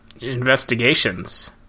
investigations